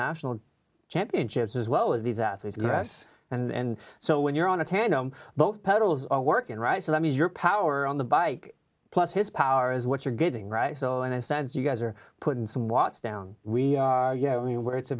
national championships as well as these athletes going to us and so when you're on a tandem both pedals all working right so that means your power on the bike plus his power is what you're getting right so and i sense you guys are put in some watts down we are you know i mean we're it's a